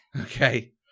Okay